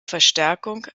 verstärkung